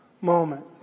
moment